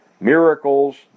miracles